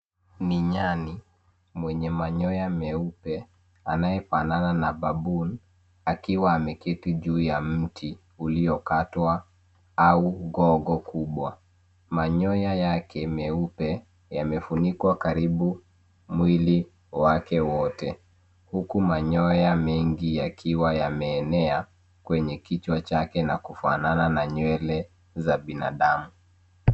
Ni nyani mwenye manyoya meupe anayefanana na baboon akiwa ameketi juu ya mti uliokatwa au gogo kubwa. Manyoya yake meupe yamefunikwa karibu mwili wake wote, huku manyoya mengi yakiwa yameenea kwenye kichwa chake na kufanana na nywele za binadamu.